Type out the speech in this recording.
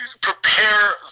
prepare